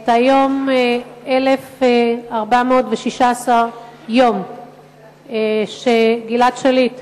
את היום ה-1,416 מהיום שגלעד שליט,